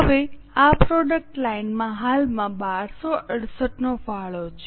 હવે આ પ્રોડક્ટ લાઇનમાં હાલમાં 1268 નો ફાળો છે